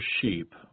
sheep